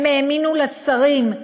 הם האמינו לשרים,